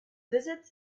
visit